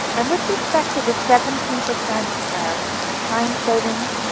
um with respect to the seventeen percent and time savings,